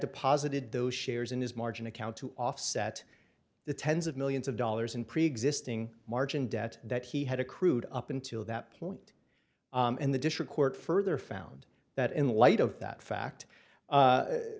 deposited those shares in his margin account to offset the tens of millions of dollars in preexisting margin debt that he had accrued up until that point and the district court further found that in light of that fact